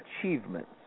achievements